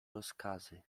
rozkazy